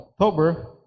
October